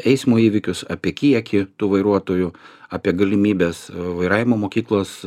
eismo įvykius apie kiekį tų vairuotojų apie galimybes vairavimo mokyklos